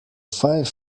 five